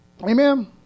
Amen